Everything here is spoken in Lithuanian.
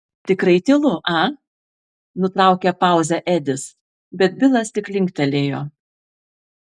tikrai tylu a nutraukė pauzę edis bet bilas tik linktelėjo